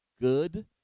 good –